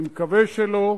אני מקווה שלא,